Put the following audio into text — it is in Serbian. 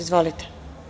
Izvolite.